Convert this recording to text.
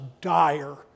dire